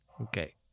Okay